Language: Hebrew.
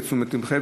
לתשומת לבכם,